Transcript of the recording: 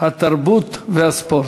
התרבות והספורט.